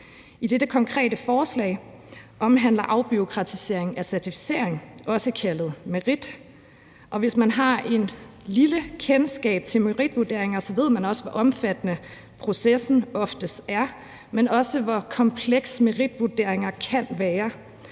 Dette konkrete lovforslag omhandler afbureaukratisering af certificering, også kaldet merit, og hvis man har et lille kendskab til meritvurderinger, ved man, hvor omfattende processen oftest er, men også, hvor komplekse meritvurderinger kan være.